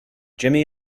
jimmy